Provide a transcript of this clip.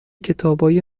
کتابای